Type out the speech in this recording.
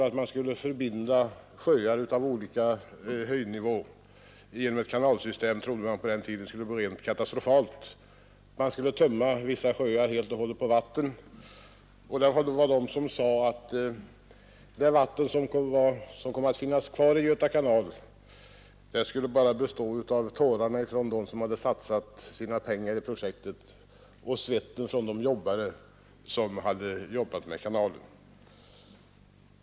Att förbinda sjöar på olika höjdnivåer trodde man på den tiden skulle bli rent katastrofalt — vissa sjöar skulle helt och hållet tömmas på vatten. Det var de som sade att det vatten som kom att finnas kvar i Göta kanal skulle bara bestå av tårarna från dem som hade satsat sina pengar i projektet och svetten från de arbetare som hade jobbat med det.